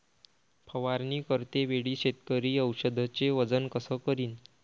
फवारणी करते वेळी शेतकरी औषधचे वजन कस करीन?